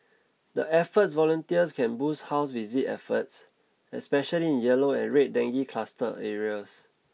the efforts volunteers can boost house visit efforts especially in yellow and red dengue cluster areas